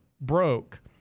broke